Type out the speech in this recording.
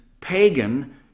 pagan